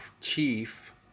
chief